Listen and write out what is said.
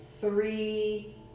three